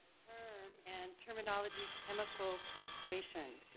term, and terminology, chemical castration.